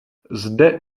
zde